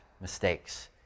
mistakes